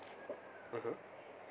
(uh huh)